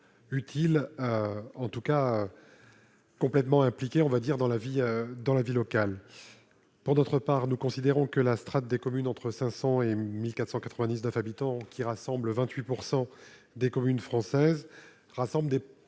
utile à en tout cas, complètement impliqué, on va dire dans la vie, dans la vie locale, pour notre part, nous considérons que la strate des communes entre 500 et 1499 habitants qui rassemble 28 pourcent des communes françaises rassemblés